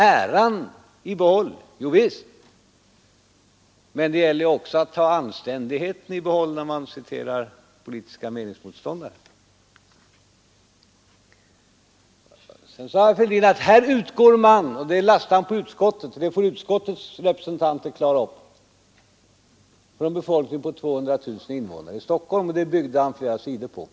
Äran i behåll — jovisst, men det gäller också att ha anständigheten i behåll när man citerar politiska meningsmotståndare. Sedan sade herr Fälldin att här utgår man — han avsåg därvid utskottet, och den saken får utskottets representanter klara upp — från en befolkning på 200 000 invånare i Stockholm. Det byggde han flera sidor i talet på.